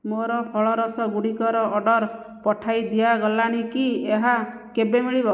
ମୋର ଫଳ ରସ ଗୁଡ଼ିକର ଅର୍ଡ଼ର ପଠାଇ ଦିଆଗଲାଣି କି ଏହା କେବେ ମିଳିବ